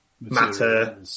matter